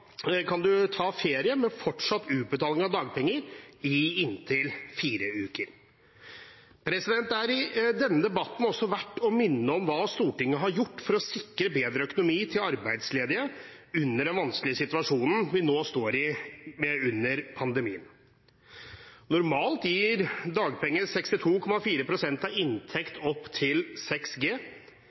ferie med fortsatt utbetaling av dagpenger i inntil fire uker. Det er i denne debatten også verdt å minne om hva Stortinget har gjort for å sikre bedre økonomi til arbeidsledige i den vanskelige situasjonen vi nå står i under pandemien. Normalt gir dagpenger 62,4 pst. av inntekt opp til